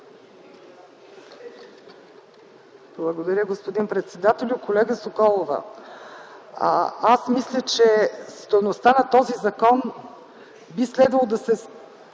Благодаря, господин председателю. Колега Соколова, аз мисля, че стойността на този закон би следвало да се